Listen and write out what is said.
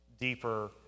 deeper